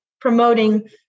promoting